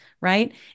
right